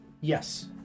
Yes